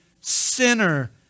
sinner